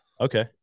okay